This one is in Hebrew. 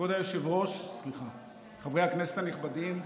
כבוד היושב-ראש, חברי הכנסת הנכבדים,